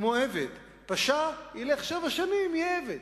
כמו עבד: פשע, ילך שבע שנים, יהיה עבד.